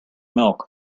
milk